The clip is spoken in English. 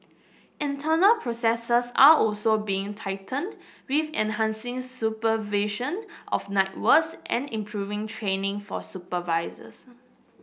internal processes are also being tightened with enhancing supervision of night works and improving training for supervisors